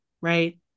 right